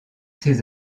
ses